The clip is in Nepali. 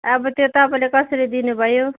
अब त्यो तपाईँले कसरी दिनुभयो